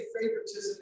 favoritism